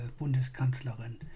Bundeskanzlerin